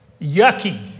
yucky